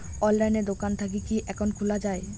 অনলাইনে দোকান থাকি কি একাউন্ট খুলা যায়?